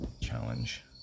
challenge